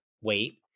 wait